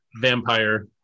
vampire